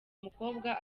mukobwa